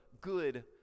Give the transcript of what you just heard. good